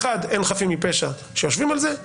האחד, שאין חפים מפשע שיושבים על זה.